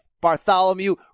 Bartholomew